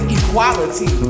equality